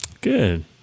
Good